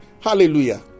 Hallelujah